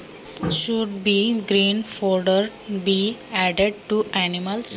जनावरांना हिरवा चारा जास्त घालावा का?